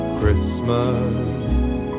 Christmas